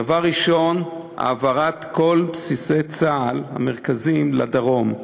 דבר ראשון, העברת כל בסיסי צה"ל המרכזיים לדרום,